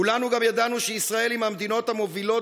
כולנו גם ידענו שישראל היא מהמדינות המובילות